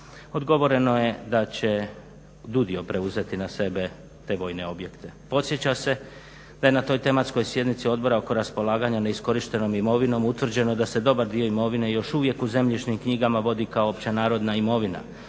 odgovoreno je da će … preuzeti na sebe te vojne objekte. Podsjeća se da je na toj tematskoj sjednici odbora oko raspolaganja neiskorištenom imovinom utvrđeno da se dobar dio imovine još uvijek u zemljišnim knjigama vodi kao općenarodna imovina.